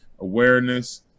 awareness